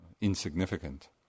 insignificant